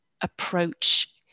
approach